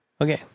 okay